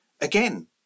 again